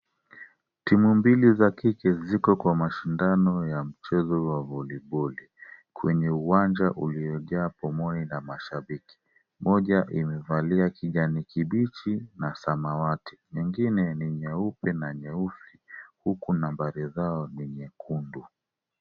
Timu mbili za kike ziko kwa mashindano ya mchezo wa voliboli kwenye uwanja uliojaa pomoni na mashabiki. Moja imevalia kijani kibichi na samawati. Ingine ni nyeupe na nyeusi huku nambari zao ni nyekundu.